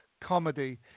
comedy